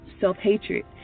self-hatred